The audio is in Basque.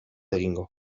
egingo